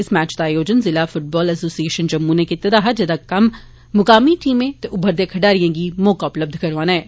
इस मैच दा आयोजन जिला फुटबाल एसोसिएशन जम्मू नै कीते दा हा जेदा कम्म मुकामी टीमें ते उभरदे खडारिए गी मौके उपलब्ध करोआना ऐ